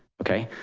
okay,